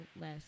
less